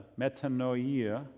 metanoia